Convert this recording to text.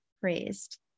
praised